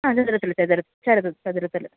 ആ ചതുരത്തില് ചതുരത്തില്